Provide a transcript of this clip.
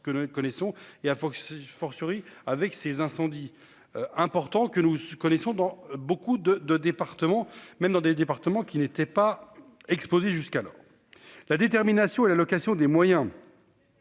que nous ne connaissons et à. Fortiori avec ces incendies importants que nous connaissons dans beaucoup de de département, même dans des départements qui n'étaient pas exposés jusqu'à la. La détermination et la location des moyens.